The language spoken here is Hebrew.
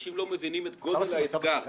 אנשים לא מבינים את גודל האתגר.